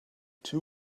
two